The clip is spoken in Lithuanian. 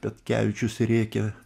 petkevičius rėkia